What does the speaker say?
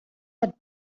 had